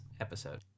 episode